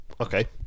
Okay